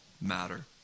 matter